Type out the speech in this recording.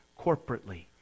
corporately